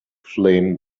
flame